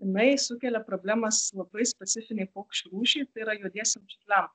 jinai sukelia problemas labai specifinei paukščių rūšiai tai yra juodiesiems čiurliam